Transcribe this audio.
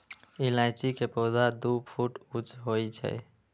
इलायची के पौधा दू फुट ऊंच होइ छै